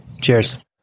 cheers